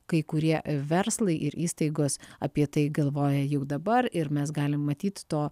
kai kurie verslai ir įstaigos apie tai galvoja jau dabar ir mes galim matyt to